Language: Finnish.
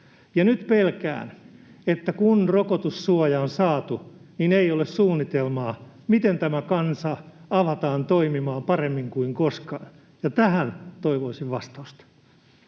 nyt pelkään, että kun rokotussuoja on saatu, niin ei ole suunnitelmaa, miten tämä kansa avataan toimimaan paremmin kuin koskaan. Tähän toivoisin vastausta.